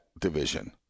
division